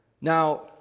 Now